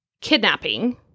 kidnapping